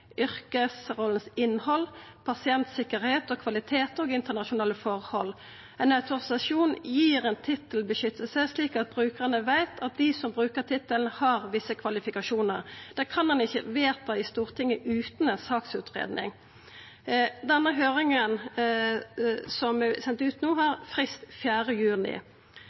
pasientsikkerheit og kvalitet, og internasjonale forhold. Ein autorisasjon gir ein tittelbeskyttelse, slik at brukarane veit at dei som bruker tittelen, har visse kvalifikasjonar. Det kan ein ikkje vedta i Stortinget utan ei saksutgreiing. Den høyringa som det er sendt ut på no, har frist 4. juni.